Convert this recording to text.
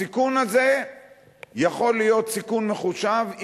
הסיכון הזה יכול להיות סיכון מחושב,